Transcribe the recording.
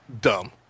Dumb